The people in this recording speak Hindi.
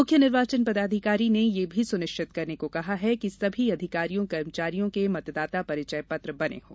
मुख्य निर्वाचन पदाधिकारी ने यह भी सुनिश्चित करने को कहा है कि सभी अधिकारियों कर्मचारियों के मतदाता परिचय पत्र बने हों